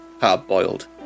hard-boiled